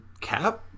Cap